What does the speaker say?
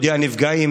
ממודיע נפגעים